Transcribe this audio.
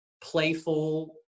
playful